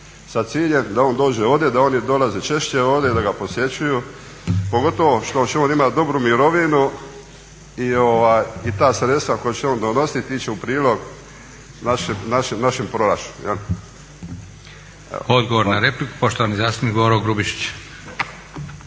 sa ciljem da on dođe ovdje da oni dolaze češće ovdje, da ga posjećuju pogotovo što on ima dobru mirovinu i ta sredstva koja će on donositi ići će u prilog našem proračunu. **Leko, Josip (SDP)** Odgovor na repliku poštovani zastupnik Boro Grubišić.